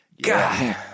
God